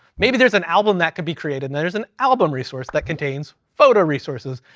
maybe there's an album that could be created, and there's an album resource that contains photo resources,